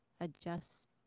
adjust